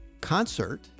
concert